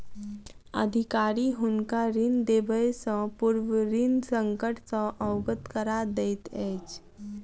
अधिकारी हुनका ऋण देबयसॅ पूर्व ऋण संकट सॅ अवगत करा दैत अछि